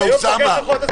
אוסאמה, בבקשה.